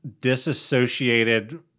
disassociated